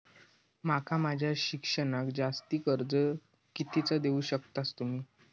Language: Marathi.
माका माझा शिक्षणाक जास्ती कर्ज कितीचा देऊ शकतास तुम्ही?